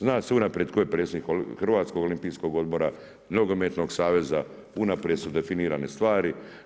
Zna se unaprijed tko je predsjednik Hrvatskog olimpijskog odbora, nogometnog saveza unaprijed su definirane stvari.